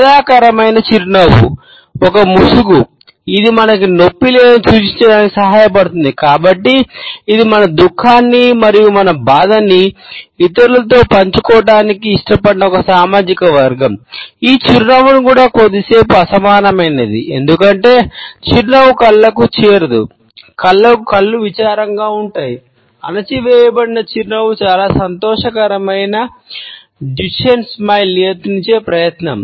బాధాకరమైన చిరునవ్వు నియంత్రించే ప్రయత్నం